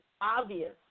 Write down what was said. obvious